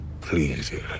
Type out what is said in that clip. Please